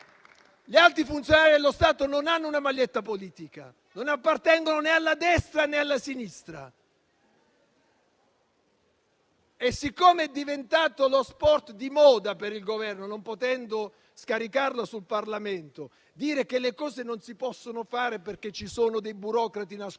Gli alti funzionari dello Stato non hanno una maglietta politica, non appartengono né alla destra né alla sinistra. È diventato lo sport di moda per il Governo, non potendo scaricare la colpa sul Parlamento, dire che le cose non si possono fare perché ci sono dei burocrati nascosti,